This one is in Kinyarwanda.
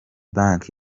bank